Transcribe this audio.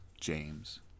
James